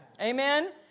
Amen